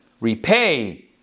repay